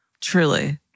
Truly